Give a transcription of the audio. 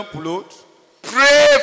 Pray